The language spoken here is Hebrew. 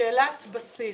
שאלת בסיס.